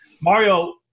Mario